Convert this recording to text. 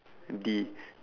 D